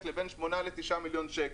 בסכום של בין שמונה לתשעה מיליון שקל.